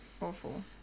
awful